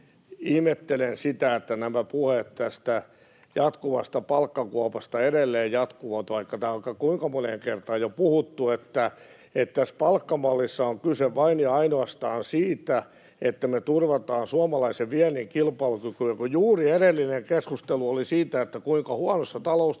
ihmettelen sitä, että nämä puheet tästä jatkuvasta palkkakuopasta edelleen jatkuvat, vaikka tämä on vaikka kuinka moneen kertaan jo puhuttu, että tässä palkkamallissa on kyse vain ja ainoastaan siitä, että me turvataan suomalaisen viennin kilpailukyky. Ja kun juuri edellinen keskustelu oli siitä, kuinka huonossa taloustilanteessa